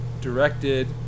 directed